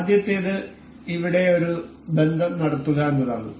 ആദ്യത്തേത് ഇവിടെ ഒരു ബന്ധം നടത്തുക എന്നതാണ്